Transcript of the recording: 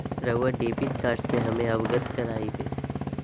रहुआ debit card से हमें अवगत करवाआई?